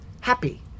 Happy